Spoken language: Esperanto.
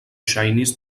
ŝajnis